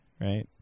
right